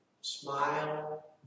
smile